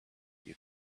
you